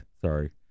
Sorry